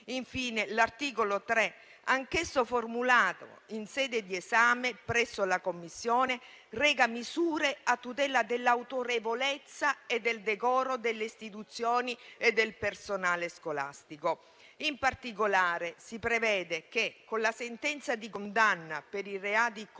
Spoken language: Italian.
Infine, l'articolo 3, anch'esso formulato in sede di esame presso la Commissione, reca misure a tutela dell'autorevolezza e del decoro delle istituzioni e del personale scolastico. In particolare si prevede che con la sentenza di condanna per i reati commessi